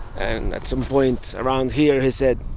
and at some point around here he said,